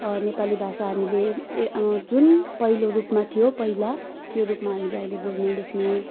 नेपाली भाषा हामीले ए अँ जुन पहिलो रूपमा थियो पहिला त्यो रूपमा अहिले बोल्नु लेख्नु